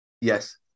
yes